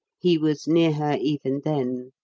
he was near her even then.